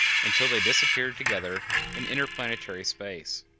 until they disappeared together in interplanetary space.